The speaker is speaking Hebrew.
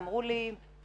אמרו לי שחייבים,